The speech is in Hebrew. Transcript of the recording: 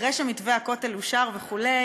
אחרי שמתווה הכותל אושר וכו',